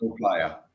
player